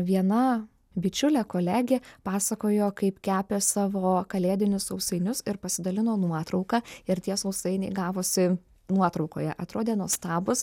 viena bičiulė kolegė pasakojo kaip kepė savo kalėdinius sausainius ir pasidalino nuotrauka ir tie sausainiai gavosi nuotraukoje atrodė nuostabūs